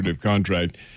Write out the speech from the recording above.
contract